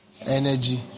energy